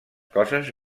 coses